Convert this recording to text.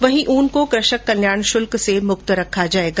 वहीं ऊन को कृषक कल्याण शुल्क से मुक्त रखा जाएगा